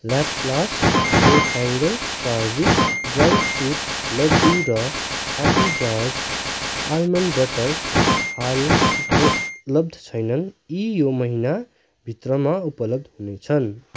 Laplast cloth hanger चार्भिक dry fruit laddoo र happy jars almond butter हाल उपलब्ध छैनन् यी यो महिनाभित्रमा उपलब्ध हुनेछन्